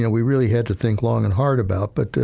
yeah we really had to think long and hard about. but,